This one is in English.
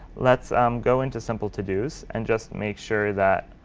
let's um go into simple-todos and just make sure that